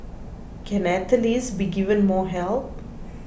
can athletes be given more help